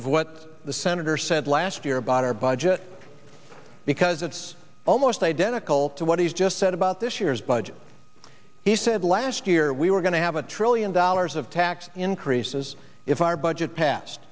of what the senator said last year about our budget because it's almost identical to what he's just said about this year's budget he said last year we were going to have a trillion dollars of tax increases if our budget passed